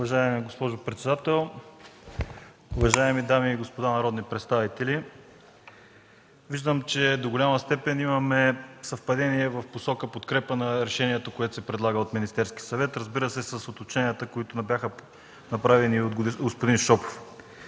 Уважаема госпожо председател, уважаеми дами и господа народни представители! Виждам, че до голяма степен имаме съвпадение в посока подкрепа на решението, което се предлага от Министерския съвет. Разбира се с уточненията, които бяха направени от господин Шопов.